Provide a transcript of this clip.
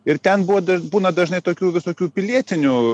ir ten buvo būna dažnai tokių visokių pilietinių